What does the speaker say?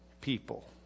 people